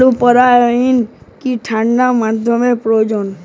আলু পরিবহনে কি ঠাণ্ডা মাধ্যম প্রয়োজন?